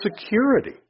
security